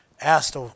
asked